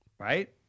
Right